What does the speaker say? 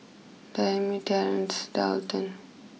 Dayami Terrence Daulton